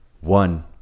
One